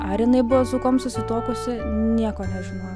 ar jinai buvo su kuom susituokusi nieko nežinojom